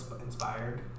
inspired